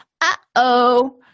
uh-oh